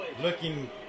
Looking